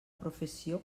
professió